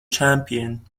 champion